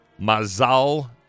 Mazal